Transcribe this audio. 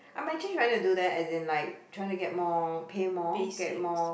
I'm actually trying to do that and then like try to get more pay more get more